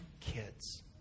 kids